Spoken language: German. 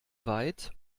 weit